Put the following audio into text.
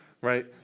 right